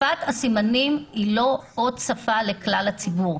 שפת הסימנים היא לא עוד שפה לכלל הציבור.